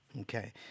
Okay